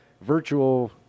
virtual